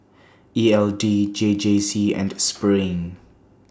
E L D J J C and SPRING